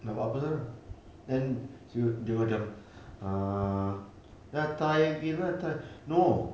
nak buat apa sekarang then dia sudah ah ya try again lah try no